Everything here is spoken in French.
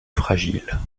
fragile